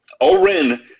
Oren